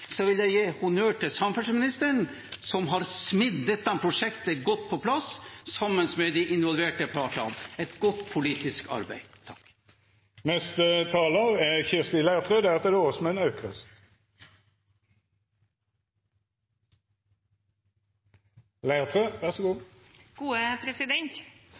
vil jeg gi honnør til samferdselsministeren som har smidd dette prosjektet godt på plass sammen med de involverte partene – et godt politisk arbeid. Dette må være landets viktigste og mest etterlengtede samferdselsprosjekt. Det er